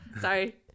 sorry